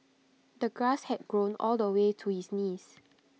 the grass had grown all the way to his knees